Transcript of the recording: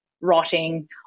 rotting